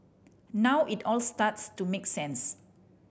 now it all starts to make sense